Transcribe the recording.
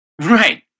Right